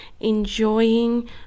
enjoying